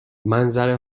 منظره